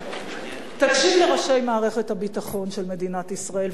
תקשיב לראשי מערכת הביטחון של מדינת ישראל,